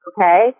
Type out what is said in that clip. Okay